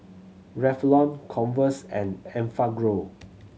Revlon Converse and Enfagrow